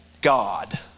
god